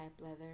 leather